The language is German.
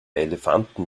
elefanten